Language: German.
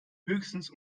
höchstens